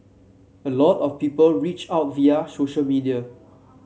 a lot of people reach out via social media